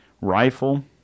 rifle